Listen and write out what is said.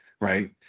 right